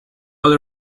all